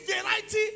variety